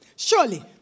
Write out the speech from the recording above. Surely